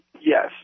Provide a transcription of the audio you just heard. Yes